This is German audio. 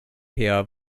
her